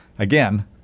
Again